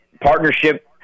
partnership